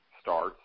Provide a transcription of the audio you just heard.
starts